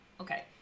Okay